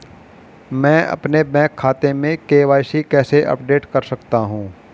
मैं अपने बैंक खाते में के.वाई.सी कैसे अपडेट कर सकता हूँ?